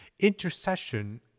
intercession